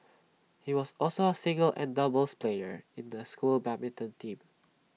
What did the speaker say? he was also A singles and doubles player in the school's badminton team